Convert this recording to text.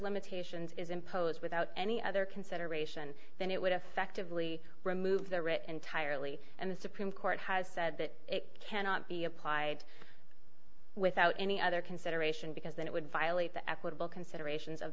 limitations is imposed without any other consideration than it would effect of lee remove the writ entirely and the supreme court has said that it cannot be applied without any other consideration because then it would violate the equitable considerations of